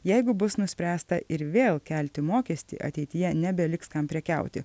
jeigu bus nuspręsta ir vėl kelti mokestį ateityje nebeliks kam prekiauti